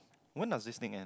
when does this thing end